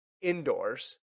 indoors